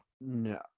no